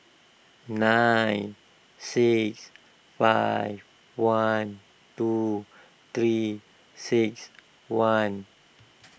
nine six five one two three six one